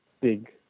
big